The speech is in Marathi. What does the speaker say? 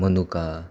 मनुका